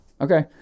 okay